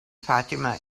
fatima